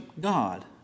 God